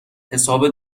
حساب